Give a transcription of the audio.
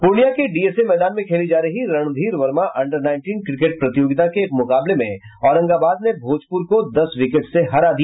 पूर्णिया के डीएसए मैदान में खेली जा रही Randhir Varma under nineteen cricket प्रतियोगिता के एक मुकाबले में औरंगाबाद ने भोजपुर को दस विकेट से हरा दिया